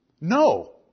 No